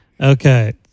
Okay